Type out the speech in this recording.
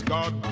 God